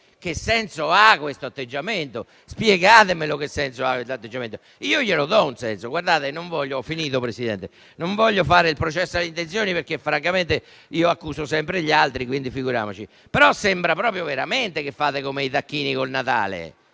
che senso ha questo atteggiamento? Spiegatemi che senso ha questo atteggiamento. Io glielo do un senso. Ho finito, Presidente. Non voglio fare il processo alle intenzioni, perché francamente io accuso sempre gli altri, e quindi figuriamoci. Ma sembra proprio che fate come i tacchini col Natale,